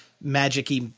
magic-y